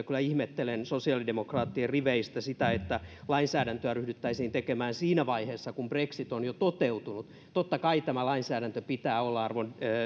kyllä ihmettelen kun kuulin sosiaalidemokraattien riveistä että lainsäädäntöä ryhdyttäisiin tekemään siinä vaiheessa kun brexit on jo toteutunut totta kai tämän lainsäädännön pitää olla arvon